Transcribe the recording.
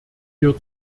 wir